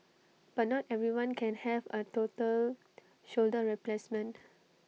but not everyone can have A total shoulder replacement